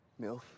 MILF